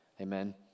amen